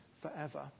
forever